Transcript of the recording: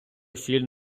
сіль